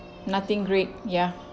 nothing great ya